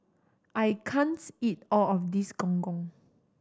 I can't eat all of this Gong Gong